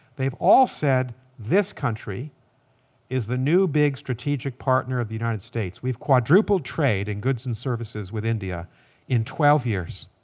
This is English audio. they've all said this country is the new big strategic partner of the united states. we've quadrupled trade in goods and services with india in twelve years.